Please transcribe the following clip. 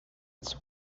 its